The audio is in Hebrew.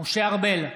משה ארבל,